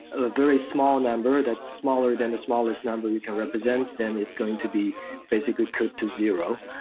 a very small number, that's smaller than the smallest number you can represent, then it's going to be basically cut to zero.